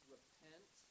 Repent